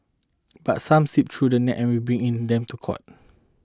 but some slip through the net and we bringing them to court